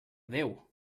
déu